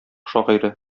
шагыйре